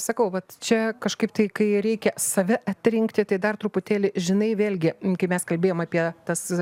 sakau vat čia kažkaip tai kai reikia save atrinkti tai dar truputėlį žinai vėlgi kai mes kalbėjom apie tas